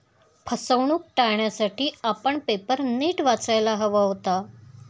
फसवणूक टाळण्यासाठी आपण पेपर नीट वाचायला हवा होता